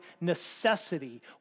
necessity